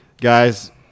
guys